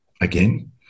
again